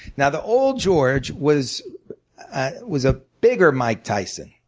now, the old george was ah was a bigger mike tyson.